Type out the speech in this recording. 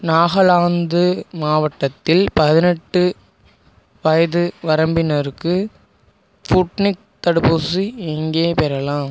நாகாலாந்து மாவட்டத்தில் பதினெட்டு வயது வரம்பினருக்கு ஸ்புட்னிக் தடுப்பூசி எங்கே பெறலாம்